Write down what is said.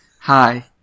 Hi